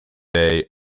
day